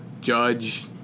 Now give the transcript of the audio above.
Judge